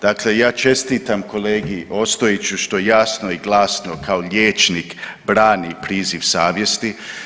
Dakle, ja čestitam kolegi Ostojiću što jasno i glasno kao liječnik brani priziv savjesti.